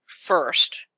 First